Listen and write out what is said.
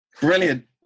Brilliant